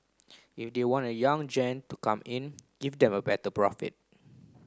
if they want young gen to come in give them a better profit